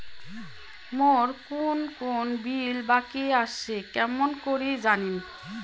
মোর কুন কুন বিল বাকি আসে কেমন করি জানিম?